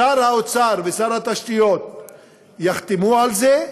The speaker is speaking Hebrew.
שר האוצר ושר התשתיות יחתמו על זה,